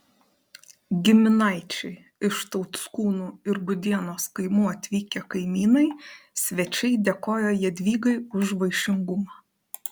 giminaičiai iš tauckūnų ir gudienos kaimų atvykę kaimynai svečiai dėkojo jadvygai už vaišingumą